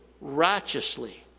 righteously